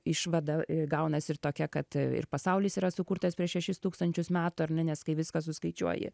išvada gaunasi ir tokia kad ir pasaulis yra sukurtas prieš šešis tūkstančius metų ar ne nes kai viską suskaičiuoji